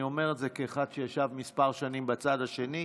אני אומר את זה כאחד שישב כמה שנים בצד השני.